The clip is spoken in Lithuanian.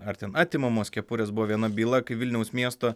ar ten atimamos kepurės buvo viena byla kai vilniaus miesto